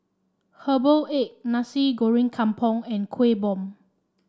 Herbal Egg Nasi Goreng Kampung and Kuih Bom